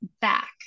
back